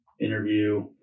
Interview